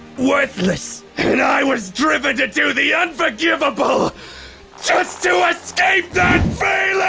worthless. and i was driven to do the unforgiveable just to escape that